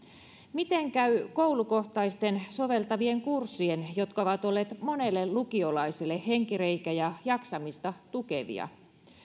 miten käy koulukohtaisten soveltavien kurssien jotka ovat olleet monelle lukiolaiselle henkireikä ja jaksamista tukevia